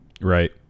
Right